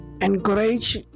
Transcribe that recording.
encourage